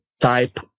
type